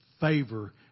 favor